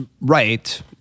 right